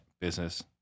business